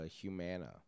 Humana